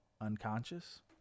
unconscious